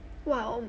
!wow!